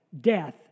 death